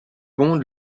pondent